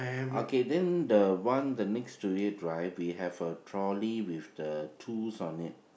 okay then the one the next to it right we have a trolley with the tools on it